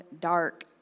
dark